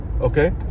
okay